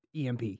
EMP